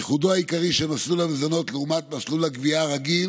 ייחודו העיקרי של מסלול המזונות לעומת מסלול הגבייה הרגיל